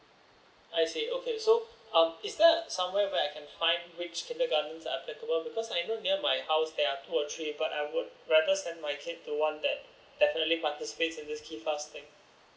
I see okay so um is there somewhere where I can find which kindergartens are applicable because I know near my house there are two or three but I would rather send my kid to one that definitely participates in this kifas thing